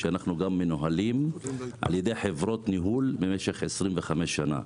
אנחנו מנוהלים על ידי חברות ניהול במשך 25 שנה.